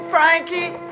Frankie